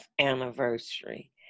anniversary